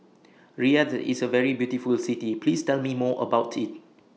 Riyadh IS A very beautiful City Please Tell Me More about IT